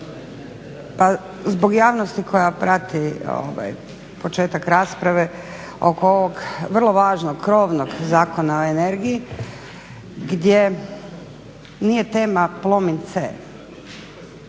Pa zbog javnosti koja prati početak rasprave oko ovog vrlo važnog, krovnog Zakona o energiji gdje nije tema Plomin C,